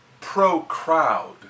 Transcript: pro-crowd